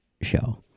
show